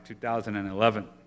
2011